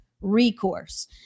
Recourse